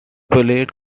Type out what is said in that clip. college